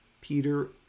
Peter